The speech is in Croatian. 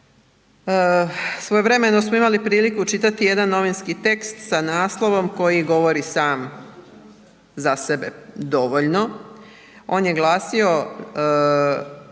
Svojevremeno smo imali priliku čitati jedan novinski tekst sa naslovom koji govori sam za sebe dovoljno. On je glasio,